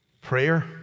Prayer